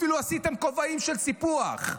אפילו עשיתם כובעים של סיפוח.